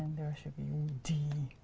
there should be d.